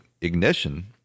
ignition